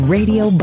Radio